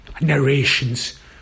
narrations